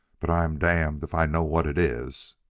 but i'm damned if i know what it is.